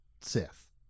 Sith